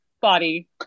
Body